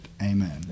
Amen